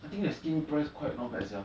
I think the skin price quite not bad sia